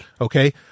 Okay